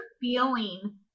feeling